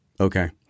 okay